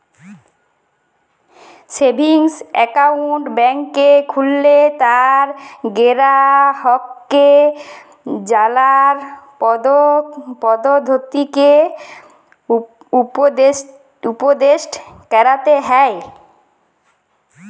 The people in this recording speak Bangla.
সেভিংস এক্কাউল্ট ব্যাংকে খুললে তার গেরাহককে জালার পদধতিকে উপদেসট ক্যরতে হ্যয়